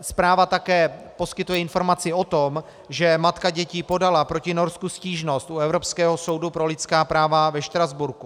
Zpráva také poskytuje informaci o tom, že matka dětí podala proti Norsku stížnost u Evropského soudu pro lidská práva ve Štrasburku.